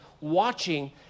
watching